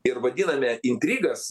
ir vadiname intrigas